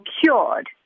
cured